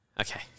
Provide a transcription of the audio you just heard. Okay